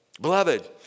Beloved